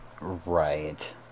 Right